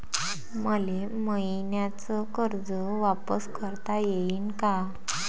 मले मईन्याचं कर्ज वापिस करता येईन का?